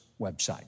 website